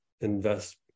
invest